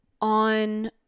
on